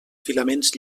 filaments